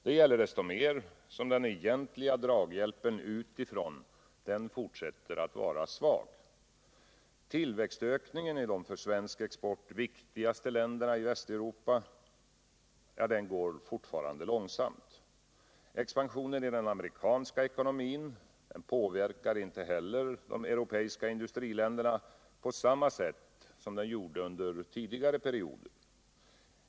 Det gäller desto mer som den egentliga draghjälpen utifrån fortsätter att vara svag. Tillväxtökningen i de för svensk export viktigaste länderna i Västeuropa går fortfarande långsamt. Expansionen i den amerikanska ekonomin påverkar inte heller de europeiska industriländerna på samma sätt som under tidigare perioder.